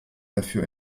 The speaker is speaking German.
dafür